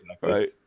right